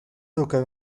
educado